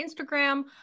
Instagram